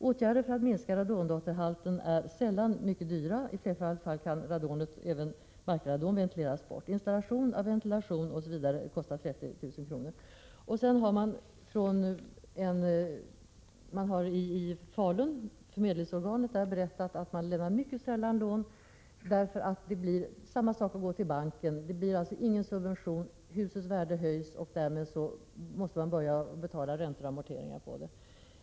Åtgärder för att minska radondotterhalten är sällan mycket dyra, i flertalet fall kan radonet ventileras bort. Installation av ventilationssystem inkl. värmeväxlare kostar sällan mer än 25 000-30 000 kronor.” Förmedlingsorganet i Falun har meddelat att man lämnar lån mycket sällan. Det är på samma sätt som när en person går till banken, dvs. det blir ingen subvention. Husets värde höjs och därmed måste man börja betala räntor och amorteringar på det.